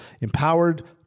empowered